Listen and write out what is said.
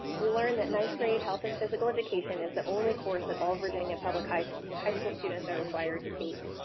we learned that ninth grade health and physical education is the only course that all the virginia public high school high school students are required to take,